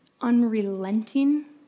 Unrelenting